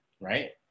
right